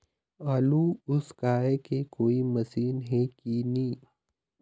आलू उसकाय के कोई मशीन हे कि नी?